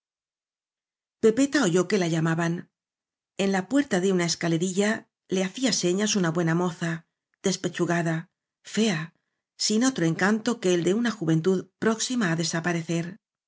pepeta oyó que la llamaban en la puerta de una escalerilla le hacía señas una buena moza despechugada fea sin otro encanto que el de una juventud próxima á desaparecer